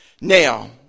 now